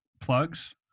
Plugs